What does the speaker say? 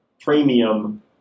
premium